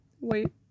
Wait